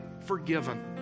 forgiven